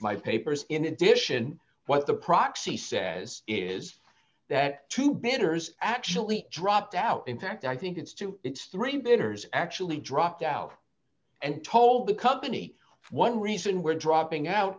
my papers in addition what the proxy says is that two bidders actually dropped out in fact i think it's two it's three bidders actually dropped out and told the company one reason we're dropping out